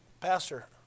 pastor